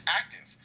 active